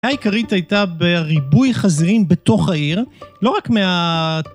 הבעיה עיקרית הייתה בריבוי חזירים בתוך העיר, לא רק מה...